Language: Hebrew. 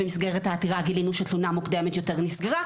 במסגרת העתירה גילינו שתלונה מוקדמת יותר נסגרה.